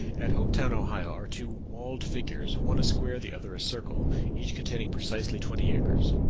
at hopetown, ohio, are two walled figures one a square, the other a circle each containing precisely twenty acres.